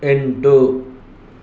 ಎಂಟು